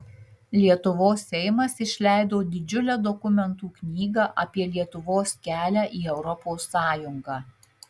lietuvos seimas išleido didžiulę dokumentų knygą apie lietuvos kelią į europos sąjungą